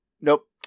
Nope